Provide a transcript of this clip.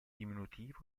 diminutivo